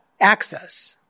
access